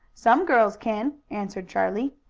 some girls can, answered charlie.